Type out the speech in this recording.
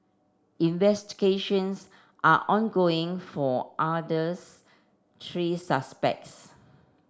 investigations are ongoing for others three suspects